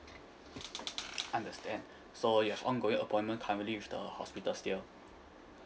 understand so you have ongoing appointment currently with the hospital still